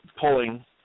pulling